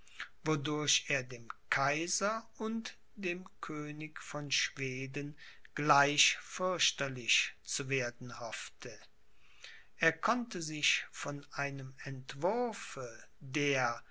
wodurch er dem kaiser und dem könig von schweden gleich fürchterlich zu werden hoffte er konnte sich von einem entwurfe der